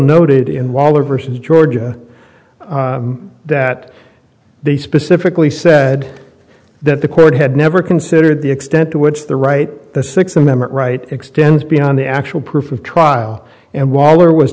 noted in waller versus georgia that they specifically said that the court had never considered the extent to which the right the six a member right extends beyond the actual proof of trial and waller was